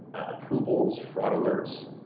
approvals, fraud alerts,